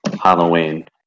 Halloween